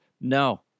no